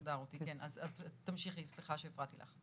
תודה, רותי, אז תמשיכי, סליחה שהפרעתי לך.